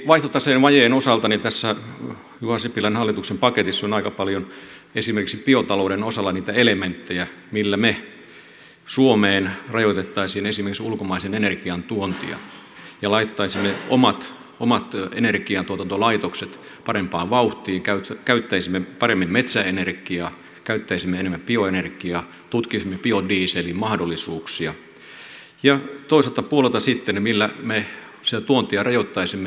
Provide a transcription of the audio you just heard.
vaihtotaseen vajeen osalta tässä juha sipilän hallituksen paketissa on aika paljon esimerkiksi biotalouden osalla niitä elementtejä millä me suomeen rajoittaisimme esimerkiksi ulkomaisen energian tuontia ja laittaisimme omat energiantuotantolaitokset parempaan vauhtiin käyttäisimme paremmin metsäenergiaa käyttäisimme enemmän bioenergiaa tutkisimme biodieselin mahdollisuuksia ja toiselta puolelta sitten millä me sitä tuontia rajoittaisimme